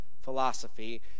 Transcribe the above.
philosophy